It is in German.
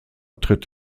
tritt